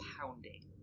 pounding